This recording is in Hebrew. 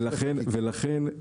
ולכן,